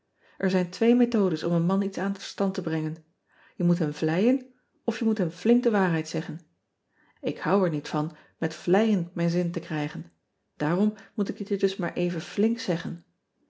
r zijn twee methodes om een man iets aan het verstand te brengen je moet hem vleien of je moet hem flink de waarheid zeggen k houd er niet van met vleien mijn zin te krijgen daarom moet ik het je dus maar even flink zeggen